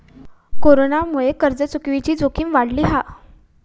कोरोनामुळे कर्ज चुकवुची जोखीम वाढली हा